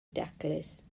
daclus